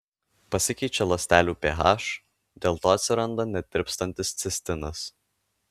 pasikeičia ląstelių ph dėl to atsiranda netirpstantis cistinas